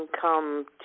come